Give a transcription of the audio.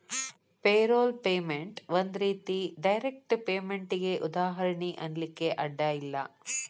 payroll payment ಒಂದ್ ರೇತಿ direct ಪೇಮೆನ್ಟಿಗೆ ಉದಾಹರ್ಣಿ ಅನ್ಲಿಕ್ಕೆ ಅಡ್ಡ ಇಲ್ಲ